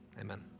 Amen